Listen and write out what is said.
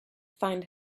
find